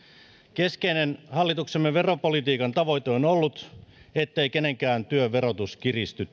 keskeinen hallituksemme veropolitiikan tavoite on ollut ettei kenenkään työn verotus kiristy